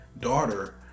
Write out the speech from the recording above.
daughter